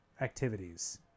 activities